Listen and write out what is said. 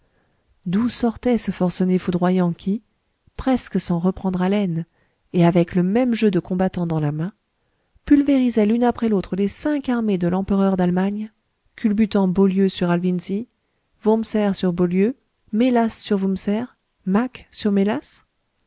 d'où sortait ce forcené foudroyant qui presque sans reprendre haleine et avec le même jeu de combattants dans la main pulvérisait l'une après l'autre les cinq armées de l'empereur d'allemagne culbutant beaulieu sur alvinzi wurmser sur beaulieu mélas sur wurmser mack sur mélas